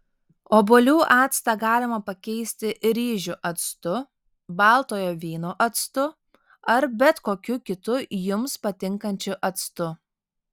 obuolių actą galima pakeisti ryžių actu baltojo vyno actu ar bet kokiu kitu jums patinkančiu actu